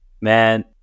Man